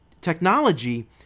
Technology